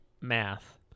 math